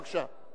בבקשה.